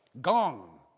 gong